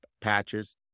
patches